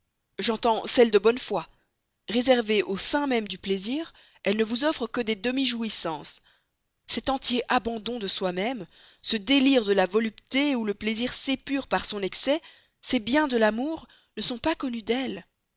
j'entends celles de bonne foi réservées au sein même du plaisir elles ne vous offrent que des demi jouissances cet entier abandon de soi-même ce délire de la volupté où le plaisir s'épure par son excès ces biens de l'amour ne sont pas connus d'elles